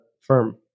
firm